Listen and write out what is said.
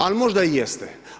Ali možda i jeste?